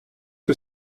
que